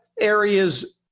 areas